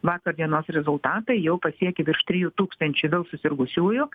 vakar dienos rezultatai jau pasiekė virš trijų tūkstančių vėl susirgusiųjų